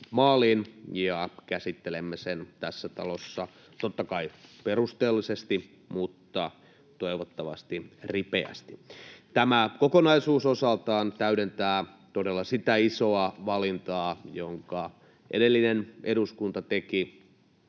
ja käsittelemme sen tässä talossa totta kai perusteellisesti mutta toivottavasti ripeästi. Tämä kokonaisuus osaltaan täydentää todella sitä isoa valintaa, jonka edellinen eduskunta teki,